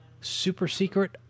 super-secret